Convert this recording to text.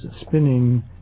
spinning